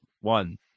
one